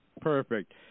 perfect